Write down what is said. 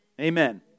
Amen